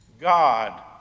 God